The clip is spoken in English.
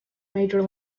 major